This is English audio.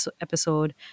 episode